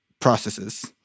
processes